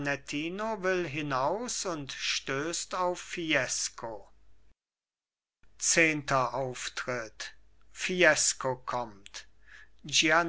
will hinaus und stößt auf fiesco zehenter auftritt fiesco kommt